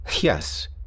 Yes